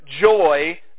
joy